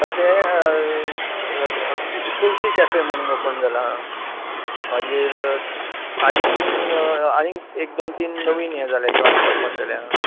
तशे तुल तुलसी कॅफे म्हणून ओपन जालां मागीर आनीक आनीक एक दोन तीन नवीन जोयंटस ओपन जाल्यात